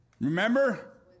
remember